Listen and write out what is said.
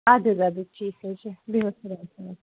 اَدٕ حظ اَدٕ حظ ٹھیٖک حظ چھُ بیٚہِو حظ خۄدایَس حَوالہٕ